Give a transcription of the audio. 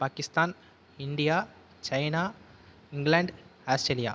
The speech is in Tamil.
Pakistan India China England Australia